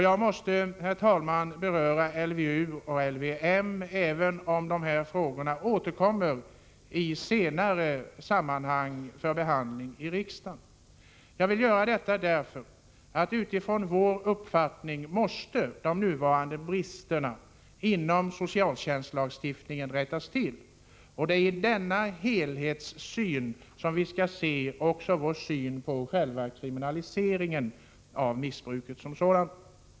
Jag måste, herr talman, beröra LVU och LVM, även om dessa frågor återkommer i senare sammanhang för behandling i riksdagen. Jag vill göra detta, därför att utifrån vår uppfattning måste de nuvarande bristerna inom socialtjänstlagstiftningen rättas till. Det är också denna helhetssyn som ger oss vår syn på själva kriminaliseringen av missbruket som sådant.